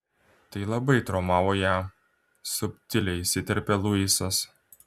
tai labai traumavo ją subtiliai įsiterpia luisas